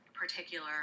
particular